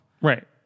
Right